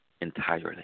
entirely